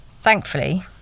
Thankfully